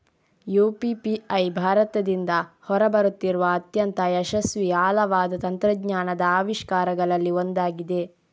UPI ಭಾರತದಿಂದ ಹೊರ ಬರುತ್ತಿರುವ ಅತ್ಯಂತ ಯಶಸ್ವಿ ಆಳವಾದ ತಂತ್ರಜ್ಞಾನದ ಆವಿಷ್ಕಾರಗಳಲ್ಲಿ ಒಂದಾಗಿದೆ